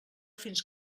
fins